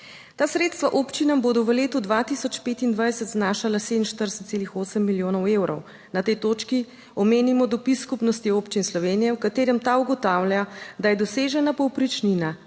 Ta sredstva občinam bodo v letu 2025 znašala 47,8 milijonov evrov. Na tej točki omenimo dopis Skupnosti občin Slovenije, v katerem ta ugotavlja, da je dosežena povprečnina